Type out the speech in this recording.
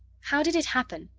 how did it happen?